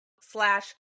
slash